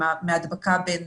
מההדבקה של